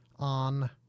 On